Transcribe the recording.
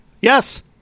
Yes